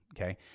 Okay